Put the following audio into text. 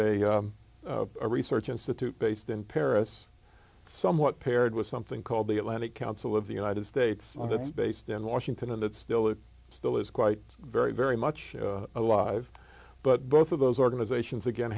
a research institute based in paris somewhat paired with something called the atlantic council of the united states and it's based in washington and it still it still is quite very very much alive but both of those organizations again